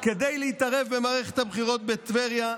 כדי להתערב במערכת הבחירות בטבריה,